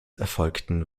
erfolgten